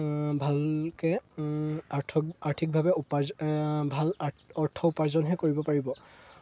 ভালকৈ আৰ্থক আৰ্থিকভাৱে উপাৰ্জ ভাল অৰ্থ উপাৰ্জনহে কৰিব পাৰিব